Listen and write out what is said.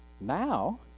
now